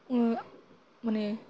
মানে